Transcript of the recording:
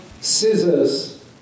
scissors